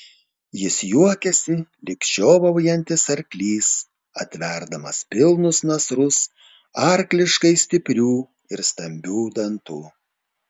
jis juokėsi lyg žiovaujantis arklys atverdamas pilnus nasrus arkliškai stiprių ir stambių dantų